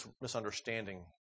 misunderstanding